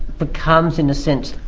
becomes, in a sense,